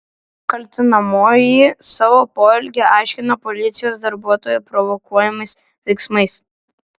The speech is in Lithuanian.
kaltinamoji savo poelgį aiškina policijos darbuotojo provokuojamais veiksmais